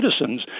citizens